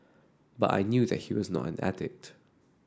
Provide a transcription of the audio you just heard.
but I knew that he was not an addict